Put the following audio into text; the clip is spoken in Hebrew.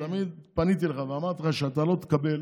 תמיד פניתי ואמרתי לך שאתה לא תקבל